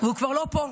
והוא כבר לא פה.